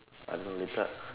I know later